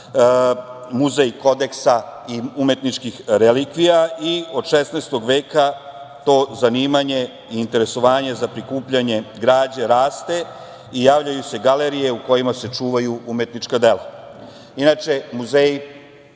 Muzej kodeksa i umetničkih relikvija i od 16. veka to zanimanje i interesovanje za prikupljanje građe raste i javljaju se galerije u kojima se čuvaju umetnička